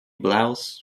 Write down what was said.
blouse